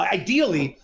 ideally